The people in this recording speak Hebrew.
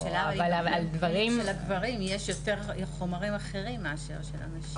אבל לגברים יש יותר חומרים אחרים מאשר לנשים.